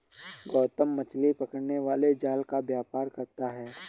गौतम मछली पकड़ने वाले जाल का व्यापार करता है